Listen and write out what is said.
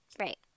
Right